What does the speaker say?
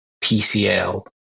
PCL